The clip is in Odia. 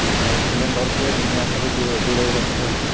ସିଲିଣ୍ଡରକୁ ନିଆଁଠାରୁ ଦୂରେଇ ରଖି ଥାଉଛୁ